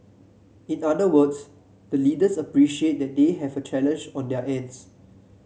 in other words the leaders appreciate that they have a challenge on their ends